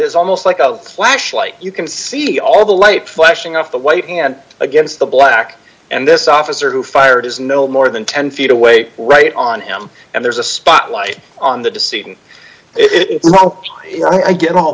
is almost like of flashlight you can see all the light flashing off the white and against the black and this officer who fired is no more than ten feet away right on em and there's a spotlight on the decision if i get all